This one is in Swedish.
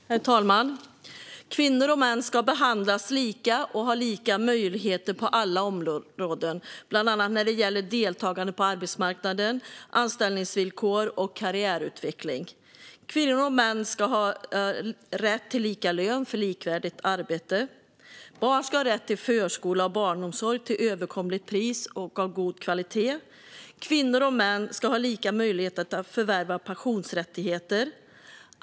Herr talman! Kvinnor och män ska behandlas lika och ha lika möjligheter på alla områden, bland annat när det gäller deltagande på arbetsmarknaden, anställningsvillkor och karriärutveckling. Kvinnor och män ska ha rätt till lika lön för likvärdigt arbete. Barn ska ha rätt till förskola och barnomsorg till överkomligt pris och av god kvalitet. Kvinnor och män ska ha lika möjlighet att förvärva pensionsrättigheter.